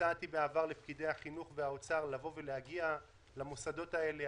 הצעתי בעבר לפקידי החינוך והאוצר להגיע למוסדות האלה.